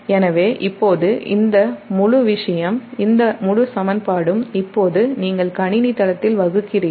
எனவே இப்போது அந்த முழு விஷயம் இந்த முழு சமன்பாடும் இப்போது நீங்கள் கணினி தளத்தால் வகுக்கிறீர்கள்